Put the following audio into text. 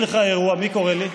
כבוד השר, כבוד השר, מי קורא לי?